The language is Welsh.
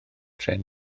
trên